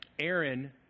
Aaron